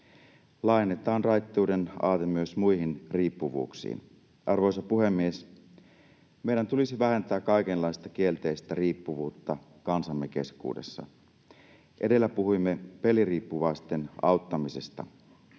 Laajennetaan raittiuden aate myös muihin riippuvuuksiin. Arvoisa puhemies! Meidän tulisi vähentää kaikenlaista kielteistä riippuvuutta kansamme keskuudessa. Edellä puhuimme peliriippuvaisten auttamisesta.